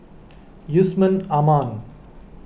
Yusman Aman